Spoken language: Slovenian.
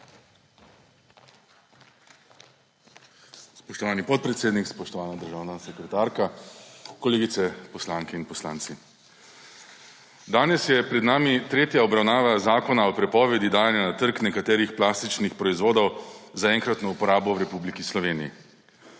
Spoštovani podpredsednik, spoštovana državna sekretarka, kolegice poslanke in poslanci! Danes je pred nami tretja obravnava Zakona o prepovedi dajanja na trg nekaterih plastičnih proizvodov za enkratno uporabo v Republiki Sloveniji.